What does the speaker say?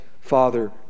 Father